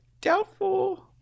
Doubtful